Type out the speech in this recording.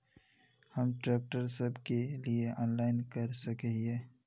हम ट्रैक्टर सब के लिए ऑनलाइन कर सके हिये?